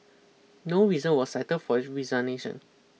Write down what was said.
no reason was cited for his resignation